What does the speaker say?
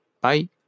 Bye